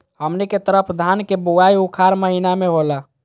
हमनी के तरफ धान के बुवाई उखाड़ महीना में होला